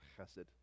chesed